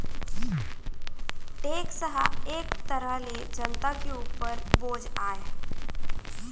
tax ह एक तरह ले जनता के उपर बोझ आय